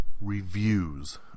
reviews